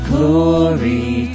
Glory